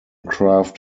craft